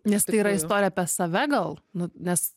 nes tai yra istorija apie save gal nu nes